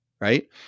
right